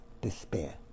despair